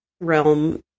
realm